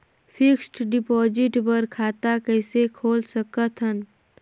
Fixed deposit बर खाता कइसे खोल सकत हन?